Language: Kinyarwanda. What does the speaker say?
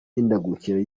mihindagurikire